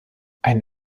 ein